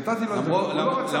נתתי לו, הוא לא רצה.